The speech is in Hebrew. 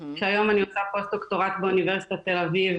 כשהיום אני עושה פוסט דוקטורט באוניברסיטת תל אביב,